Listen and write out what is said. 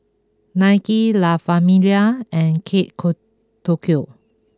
Nike La Famiglia and Kate Co Tokyo